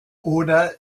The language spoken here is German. oder